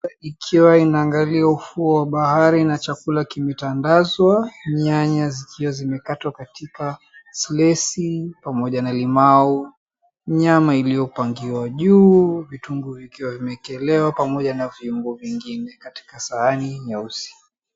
Ikiwa inaangalia ufuo wa bahari na chakula kimetandazwa, nyanya zikiwa zimepatwa katika slesi pamoja na limau, nyama iliyopangiwa juu, vitunguu vikiwa vimeekelewa pamoja na viungo vingine katika sahani nyeusi.